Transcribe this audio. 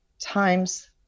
times